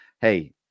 hey